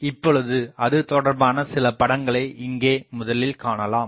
இப்பொழுது அது தொடர்பான சில படங்களை இங்கே முதலில் காணலாம்